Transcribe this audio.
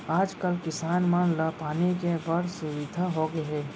आज कल किसान मन ला पानी के बड़ सुबिधा होगे हे